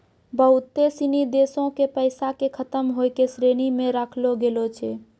बहुते सिनी देशो के पैसा के खतम होय के श्रेणी मे राखलो गेलो छै